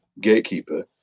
gatekeeper